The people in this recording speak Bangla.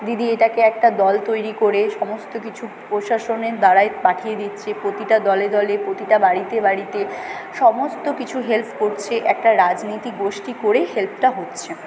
দিদি এটাকে একটা দল তৈরি করে সমস্ত কিছু প্রশাসনের দ্বারাই পাঠিয়ে দিচ্ছে প্রতিটা দলে দলে প্রতিটা বাড়িতে বাড়িতে সমস্ত কিছু হেল্প করছে একটা রাজনীতি গোষ্ঠী করে হেল্পটা হচ্ছে